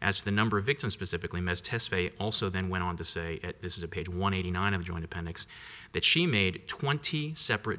as the number of victims specifically most test also then went on to say this is a page one eighty nine of joint appendix that she made twenty separate